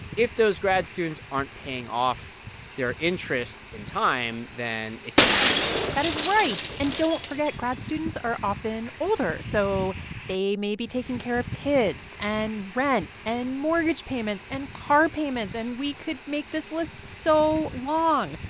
if those grad students aren't paying off their interest in time, then it can add up that is right. and don't forget, grad students are often older, so they may be taking care of kids and rent and mortgage payments and car payments, and we could make this list so long,